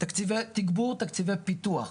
תקציבי התגבור ותקציבי הפיתוח,